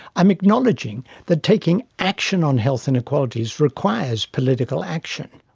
i am acknowledging that taking action on health inequalities requires political action.